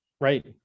right